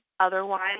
Otherwise